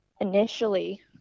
initially